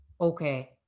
okay